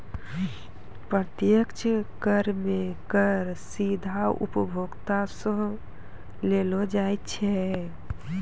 प्रत्यक्ष कर मे कर सीधा उपभोक्ता सं लेलो जाय छै